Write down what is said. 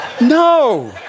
No